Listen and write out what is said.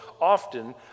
often